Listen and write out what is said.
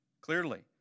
Clearly